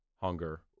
hunger